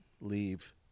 leave